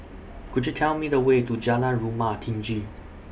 Could YOU Tell Me The Way to Jalan Rumah Tinggi